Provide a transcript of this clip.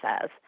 says